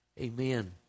Amen